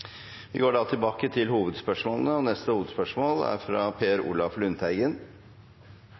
Vi går videre til neste hovedspørsmål. Det er